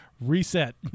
reset